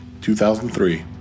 2003